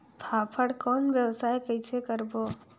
फाफण कौन व्यवसाय कइसे करबो?